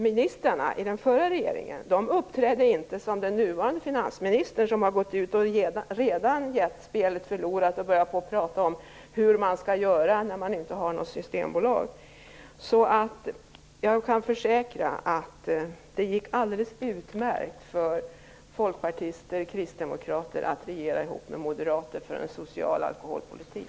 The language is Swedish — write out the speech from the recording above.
Ministrarna i den förra regeringen uppträdde inte som den nuvarande finansministern, som redan har gått ut och gett spelet förlorat och börjat prata om hur man skall göra när man inte har något systembolag. Jag kan därför försäkra att det gick alldeles utmärkt för folkpartister och kristdemokrater att regera ihop med moderater för en social alkoholpolitik.